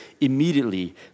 immediately